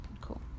Cool